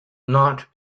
not